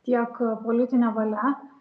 tiek politine valia